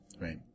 right